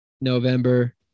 November